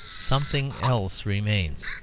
something else remains.